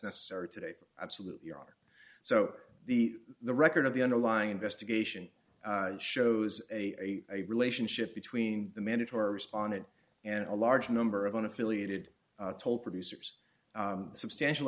necessary today absolutely are so the the record of the underlying investigation shows a relationship between the mandatory respondent and a large number of an affiliated told producers substantial